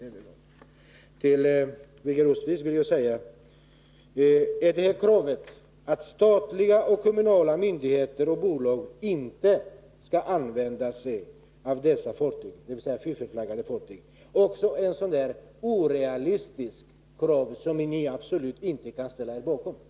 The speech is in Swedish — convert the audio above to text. Jag vill fråga Birger Rosqvist om han anser att vårt krav, att statliga och kommunala myndigheter och bolag inte skall använda sig av dessa bekvämlighetsflaggade fartyg, också är ett orealistiskt krav som han och övriga socialdemokrater absolut inte kan ställa sig bakom.